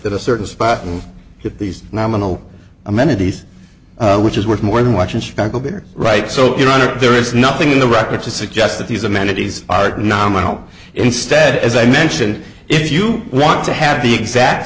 at a certain spot and get these nominal amenities which is worth more than watching chicago better right so you're under there is nothing in the record to suggest that these amenities are nominal instead as i mentioned if you want to have the exact